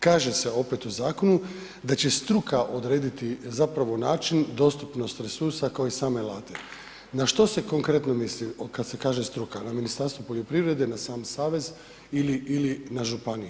Kaže se, opet u zakonu, da će struka odrediti zapravo način, dostupnost resursa, kao i same ... Na što se konkretno misli kad se kaže struka na Ministarstvo poljoprivrede, na sam savez ili na županije.